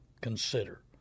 consider